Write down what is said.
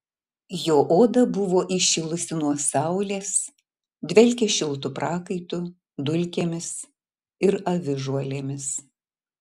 jo oda buvo įšilusi nuo saulės dvelkė šiltu prakaitu dulkėmis ir avižuolėmis